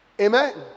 Amen